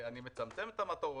אני מצמצם את המטרות,